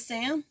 Sam